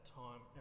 time